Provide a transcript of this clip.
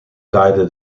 draaide